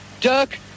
Dirk